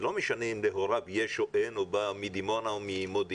ולא משנה אם להוריו יש או אין או בא מדימונה או ממודיעין,